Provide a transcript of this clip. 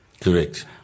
Correct